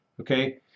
okay